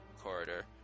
corridor